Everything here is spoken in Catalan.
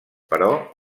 però